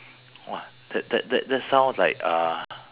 !wah! that that that that sounds like uh